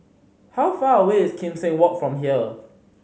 how far away is Kim Seng Walk from here